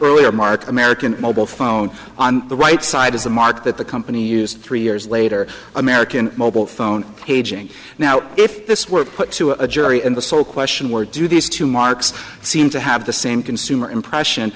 earlier mark american mobile phone on the right side of the market that the company used three years later american mobile phone paging now if this were put to a jury in the so question where do these two marks seem to have the same consumer impression